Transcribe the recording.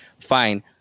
fine